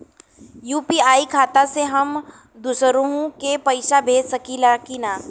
UPI खाता से हम दुसरहु के पैसा भेज सकीला की ना?